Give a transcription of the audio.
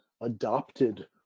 adopted